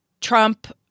Trump